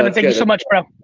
and thank you so much bro.